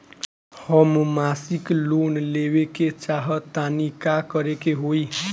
हम मासिक लोन लेवे के चाह तानि का करे के होई?